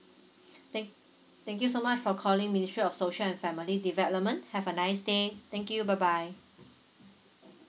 thank thank you so much for calling ministry of social and family development have a nice day thank you bye bye